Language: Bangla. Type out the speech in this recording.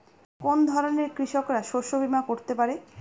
কোন ধরনের কৃষকরা শস্য বীমা করতে পারে?